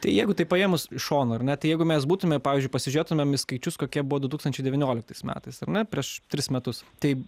tai jeigu taip paėmus iš šono ar ne tai jeigu mes būtume pavyzdžiui pasižėtumėm į skaičius kokie buvo du tūkstančiai devynioliktais metais ar ne prieš tris metus tai